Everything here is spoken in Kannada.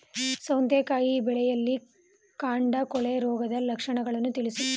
ಸೌತೆಕಾಯಿ ಬೆಳೆಯಲ್ಲಿ ಕಾಂಡ ಕೊಳೆ ರೋಗದ ಲಕ್ಷಣವನ್ನು ತಿಳಿಸಿ?